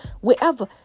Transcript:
wherever